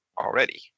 already